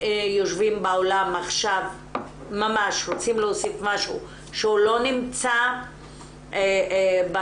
שיושבים באולם עכשיו רוצים להוסיף משהו שהוא לא נמצא בניירות,